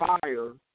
fire